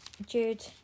Jude